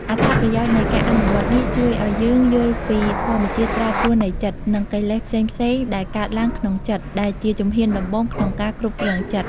អត្ថប្រយោជន៍នៃការអនុវត្តន៍នេះជួយឲ្យយើងយល់ពីធម្មជាតិប្រែប្រួលនៃចិត្ត និងកិលេសផ្សេងៗដែលកើតឡើងក្នុងចិត្ត ដែលជាជំហានដំបូងក្នុងការគ្រប់គ្រងចិត្ត។